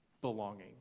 Belonging